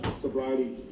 sobriety